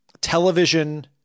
television